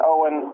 Owen